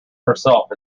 herself